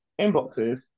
inboxes